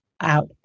out